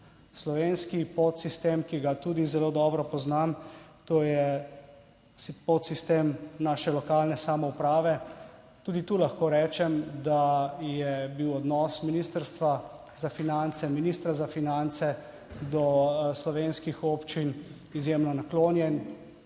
slovenski podsistem, ki ga tudi zelo dobro poznam, to je podsistem naše lokalne samouprave, tudi tu lahko rečem, da je bil odnos Ministrstva za finance, ministra za finance do slovenskih občin izjemno naklonjen,